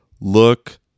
look